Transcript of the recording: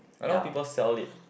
I know people sell it